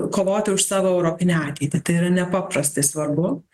kovoti už savo europinę ateitį tai yra nepaprastai svarbu